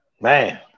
Man